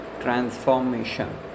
transformation